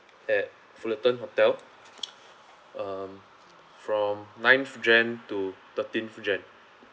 at fullerton hotel um from ninth jan to thirteen jan